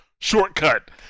shortcut